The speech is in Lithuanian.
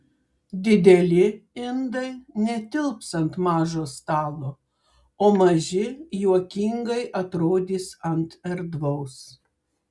dideli indai netilps ant mažo stalo o maži juokingai atrodys ant erdvaus